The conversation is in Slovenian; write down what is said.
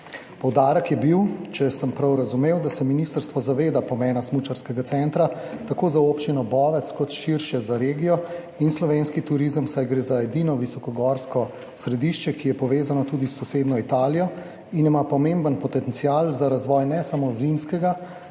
Poudarek je bil, če sem prav razumel, da se ministrstvo zaveda pomena smučarskega centra tako za Občino Bovec kot širše za regijo in slovenski turizem, saj gre za edino visokogorsko središče, ki je povezano tudi s sosednjo Italijo in ima pomemben potencial za razvoj ne samo zimskega,